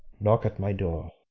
knock at my door,